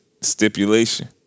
stipulation